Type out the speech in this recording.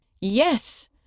Yes